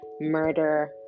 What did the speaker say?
murder